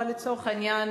אבל לצורך העניין,